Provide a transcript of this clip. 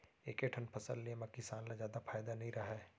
एके ठन फसल ले म किसान ल जादा फायदा नइ रहय